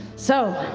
so